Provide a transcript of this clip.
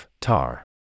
TAR